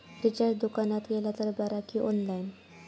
Recharge दुकानात केला तर बरा की ऑनलाइन?